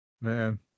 man